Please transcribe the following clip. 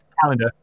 calendar